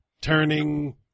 turning